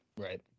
Right